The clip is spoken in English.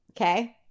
Okay